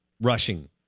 rushing